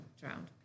drowned